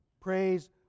praise